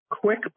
quick